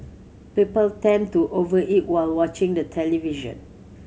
people tend to over eat while watching the television